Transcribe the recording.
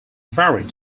married